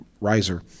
riser